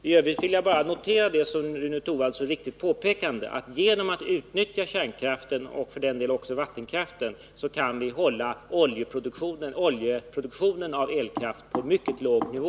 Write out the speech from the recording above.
I övrigt vill jag bara notera det som Rune Torwald så riktigt påpekade. Genom ett utnyttjande av kärnkraften och för den delen också av vattenkraften kan vi hålla oljeproduktionen av elkraft på en mycket låg nivå.